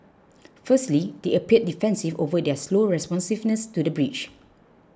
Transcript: firstly they appeared defensive over their slow responsiveness to the breach